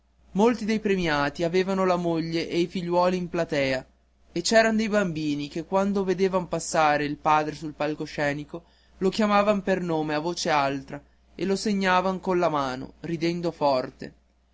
molti dei premiati avevan la moglie e i figliuoli in platea e c'eran dei bambini che quando vedevan passare il padre sul palco scenico lo chiamavan per nome ad alta voce e lo segnavan con la mano ridendo forte